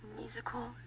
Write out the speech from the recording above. Musical